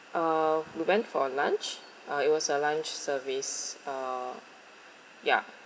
uh we went for a lunch uh it was a lunch service uh ya